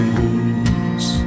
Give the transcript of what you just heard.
lose